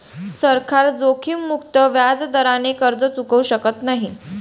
सरकार जोखीममुक्त व्याजदराने कर्ज चुकवू शकत नाही